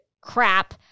crap